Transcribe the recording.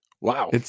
Wow